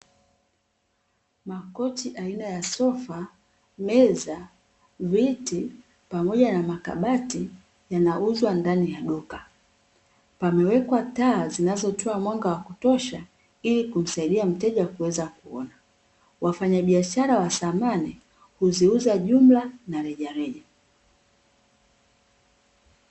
Makochi aina ya sofa, meza, viti pamoja na makabati yanauzwa ndani ya duka, pamewekwa taa zinazotoa mwanga wa kutosha, ili kumsaidia mteja kuweza kuona wafanya biashara wa thamani huziuza jumla na rejareja.